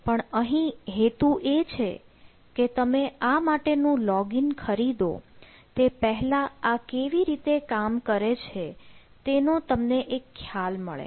પણ અહીં હેતુ એ છે કે તમે આ માટેનું લોગીન ખરીદો તે પહેલાં આ કેવી રીતે કામ કરે છે તેનો તમને એક ખ્યાલ મળે